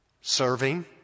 Serving